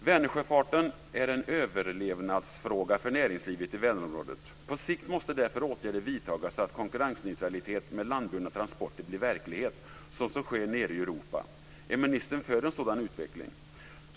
Vänersjöfarten är en överlevnadsfråga för näringslivet i Vänerområdet. På sikt måste därför åtgärder vidtas så att konkurrensneutralitet med landburna transporter blir verklighet, något som sker nere i Europa. Är ministern för en sådan utveckling?